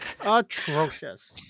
Atrocious